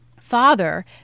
Father